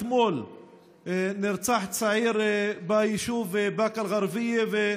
אתמול נרצח צעיר ביישוב באקה אל-גרבייה,